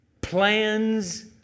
Plans